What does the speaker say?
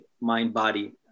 mind-body